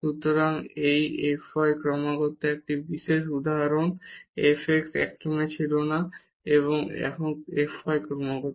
সুতরাং তাই এই f y ক্রমাগত এটি একটি বিশেষ উদাহরণ যেখানে f x একটানা ছিল না এবং এখন f y ক্রমাগত